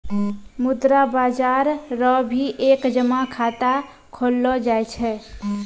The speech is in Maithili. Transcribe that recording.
मुद्रा बाजार रो भी एक जमा खाता खोललो जाय छै